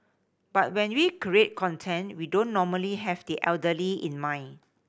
but when we create content we don't normally have the elderly in mind